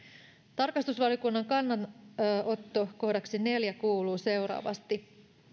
tarkastusvaliokunnan kannanotto kohdaksi neljä kuuluu seuraavasti